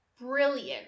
brilliant